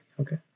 okay